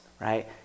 right